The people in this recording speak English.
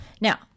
Now